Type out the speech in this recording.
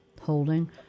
holding